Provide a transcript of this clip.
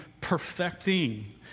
perfecting